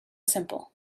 simple